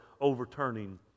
overturning